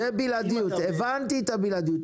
הבנתי את הבלעדיות,